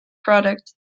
product